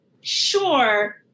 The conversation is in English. sure